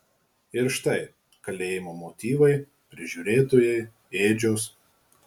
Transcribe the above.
ir štai kalėjimo motyvai prižiūrėtojai ėdžios